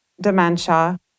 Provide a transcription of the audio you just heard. dementia